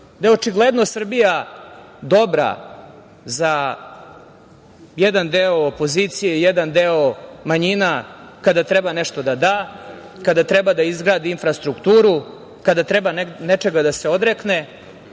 je očigledno Srbija dobra za jedan deo opozicije, jedan deo manjina, kada treba nešto da da, kada treba da izgradi infrastrukturu, kada treba nečega da se odrekne,